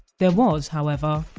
there was, however,